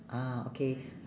ah okay